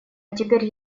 теперь